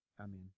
amen